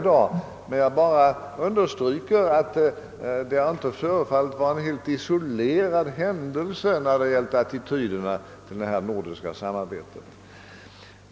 Jag understryker bara att den svenska Passiviteten inte förefaller att ha varit en helt isolerad händelse när det gäller attityderna i det nordiska samarbetet.